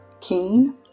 keen